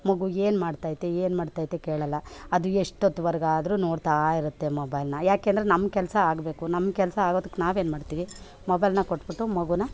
ಮಗು ಏನು ಮಾಡ್ತೈತೆ ಏನು ಮಾಡ್ತೈತೆ ಕೇಳಲ್ಲ ಅದು ಎಷ್ಟು ಹೊತ್ವರೆಗಾದರೂ ನೋಡ್ತಾಯಿರುತ್ತೆ ಮೊಬೈಲ್ನ ಏಕೆಂದ್ರೆ ನಮ್ಮ ಕೆಲಸ ಆಗಬೇಕು ನಮ್ಮ ಕೆಲಸ ಆಗೋದಕ್ಕೆ ನಾವು ಏನು ಮಾಡ್ತೀವಿ ಮೊಬೈಲ್ನ ಕೊಟ್ಬಿಟ್ಟು ಮಗುನ